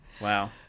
Wow